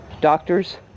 Doctors